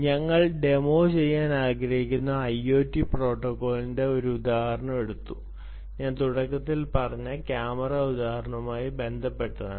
ഞങ്ങൾ ഡെമോ ചെയ്യാൻ ആഗ്രഹിക്കുന്ന ഒരു ഐഒടി പ്രോട്ടോക്കോളിന്റെ ഒരു ഉദാഹരണം എടുത്തു ഇത് ഞാൻ തുടക്കത്തിൽ പറഞ്ഞ ക്യാമറ ഉദാഹരണവുമായി ബന്ധപ്പെട്ടതാണ്